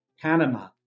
Panama